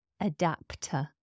adapter